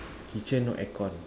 kitchen no aircon